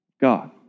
God